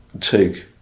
take